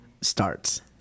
starts